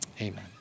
Amen